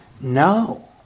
no